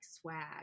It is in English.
swag